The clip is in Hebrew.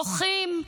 בוכים,